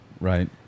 Right